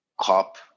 cop